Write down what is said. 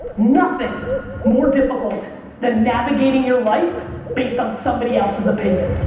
nothing more difficult than navigating your life based on somebody else's opinion.